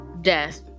Death